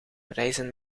reizen